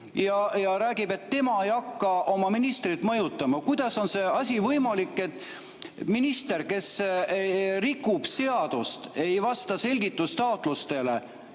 tema räägib, et ei hakka oma ministrit mõjutama. Kuidas on võimalik, et minister rikub seadust, ei vasta selgitustaotlustele